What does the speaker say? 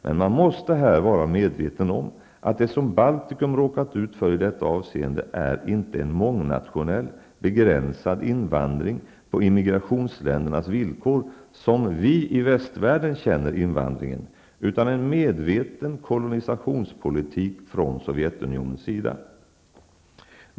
Men man måste här vara medveten om att det som Baltikum råkat ut för i detta avseende inte är en mångnationell, begränsad invandring på immigrationsländernas villkor såsom vi i västvärlden känner invandringen, utan en medveten kolonisationspolitik från Sovjetunionens sida.